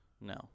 No